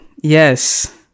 Yes